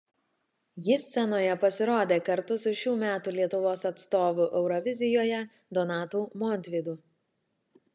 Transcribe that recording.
ji scenoje pasirodė kartu su šių metų lietuvos atstovu eurovizijoje donatu montvydu